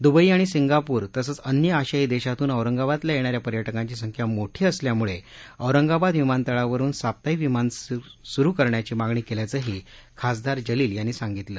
Dubai आणि Singapore तसंच अन्य आशियाई देशांतून औरंगाबादला येणाऱ्या पर्यटकांची संख्या मोठी असल्यामुळे औरंगाबाद विमानतळावरून साप्तहिक विमानं सुरू करण्याची मागणी केल्याचंही खासदार जलील यांनी सांगितलं